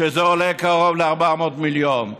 שעולה קרוב ל-400 מיליון.